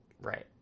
right